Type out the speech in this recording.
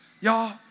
y'all